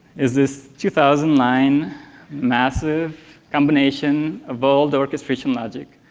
is this two thousand line massive combination of old orchestration logic,